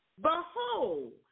Behold